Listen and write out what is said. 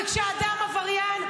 וכשאדם עבריין,